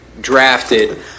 drafted